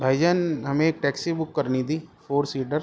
بھائی جان ہمیں ایک ٹیکسی بک کرنی تھی فور سیٹر